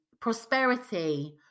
prosperity